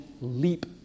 Leap